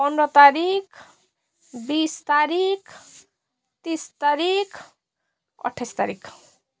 पन्ध्र तारिख बिस तारिख तिस तारिख अट्ठाइस तारिख